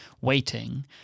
waiting